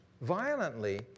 violently